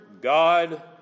God